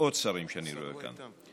ועוד שרים שאני רואה כאן,